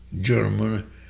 German